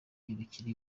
yirukira